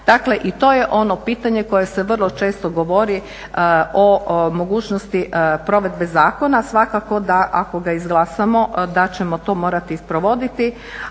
dakle i to je ono pitanje koje se vrlo često govori o mogućnosti provedbe zakona. Svakako da ako ga izglasamo da ćemo to morati provoditi,